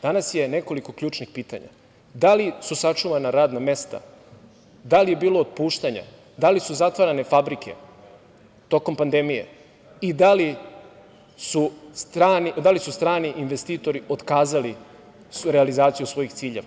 Danas je nekoliko ključnih pitanja – da li su sačuvana radna mesta, da li je bilo otpuštanja, da li su zatvarane fabrike tokom pandemije i da li su strani investitori otkazali realizaciju svojih ciljeva?